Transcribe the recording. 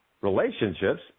relationships